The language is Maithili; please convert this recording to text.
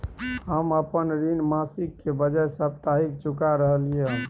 हम अपन ऋण मासिक के बजाय साप्ताहिक चुका रहलियै हन